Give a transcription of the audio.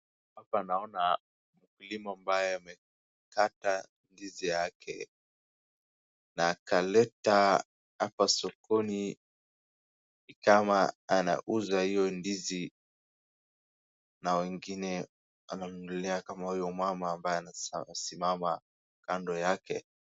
Hapa naona mkulima ambaye amekata ndizi yake na akaleta hapa sokoni. Ni kama anauza hiyo ndizi na wengine anamnunulia kama huyo mama ambaye anasimama kando yake.